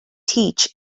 teach